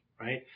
right